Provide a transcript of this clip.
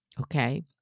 Okay